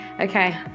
Okay